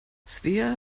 svea